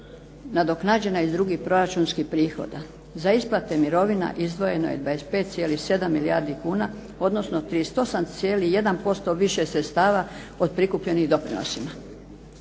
nadoknađena iz drugih proračunskih prihoda. Za isplate mirovina izdvojeno je 25,7 milijardi kuna, odnosno 38,1% više sredstava od prikupljenih doprinosa.